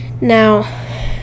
now